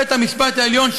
בית-המשפט העליון,